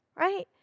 right